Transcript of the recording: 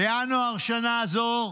בינואר שנה זו,